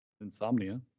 Insomnia